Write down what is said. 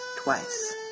Twice